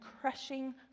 crushing